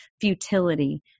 futility